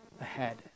ahead